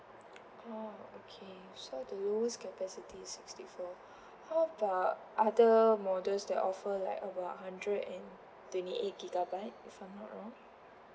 oh okay so the lowest capacity is sixty four how about other models that offer like about a hundred and twenty eight gigabyte if I'm not wrong